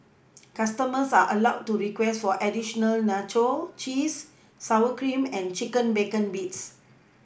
customers are allowed to request for additional nacho cheese sour cream and chicken bacon bits